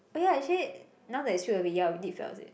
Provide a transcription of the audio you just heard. oh ya actually now that it's ya we did fell asleep